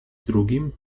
drugim